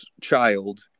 child